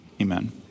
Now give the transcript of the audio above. amen